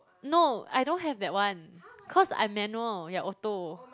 no I don't have that one cause I manual you're auto